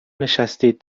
نشستید